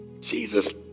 Jesus